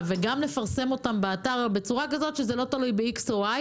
וגם לפרסם אותם באתר בצורה כזאת שזה לא תלוי בשום דבר